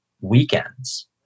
weekends